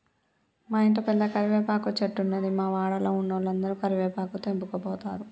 మా ఇంట్ల పెద్ద కరివేపాకు చెట్టున్నది, మా వాడల ఉన్నోలందరు కరివేపాకు తెంపకపోతారు